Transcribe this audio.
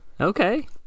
Okay